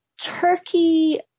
Turkey